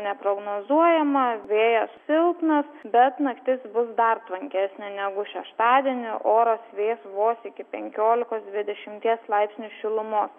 neprognozuojama vėjas silpnas bet naktis bus dar tvankesnė negu šeštadienį oras vės vos iki penkiolikos dvidešimties laipsnių šilumos